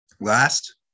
Last